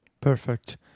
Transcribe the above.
Perfect